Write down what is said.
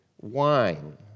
wine